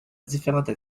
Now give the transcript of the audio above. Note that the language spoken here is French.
différentes